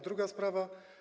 Druga sprawa.